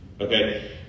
okay